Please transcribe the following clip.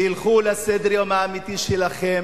תלכו לסדר-היום האמיתי שלכם,